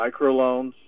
microloans